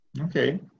okay